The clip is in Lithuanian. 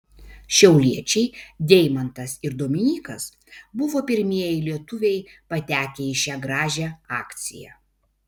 šiauliečiai deimantas ir dominykas buvo pirmieji lietuviai patekę į šią gražią akciją